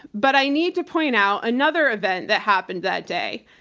but i need to point out another event that happened that day.